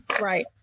Right